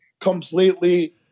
completely